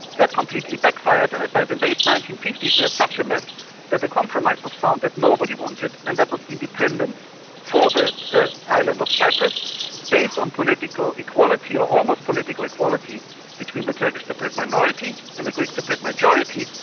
that completely backfired, and by the late nineteen fifty s we have such a mess that a compromise was found that nobody wanted and that was independence for the island of cyprus based on political equality or almost political equality between the turkish cypriots minority and the greek cypriot majority,